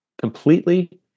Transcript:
completely